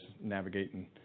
navigating